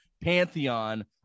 Pantheon